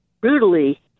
brutally